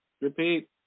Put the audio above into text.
Repeat